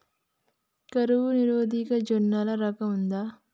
కరువు నిరోధక జొన్నల రకం ఉందా?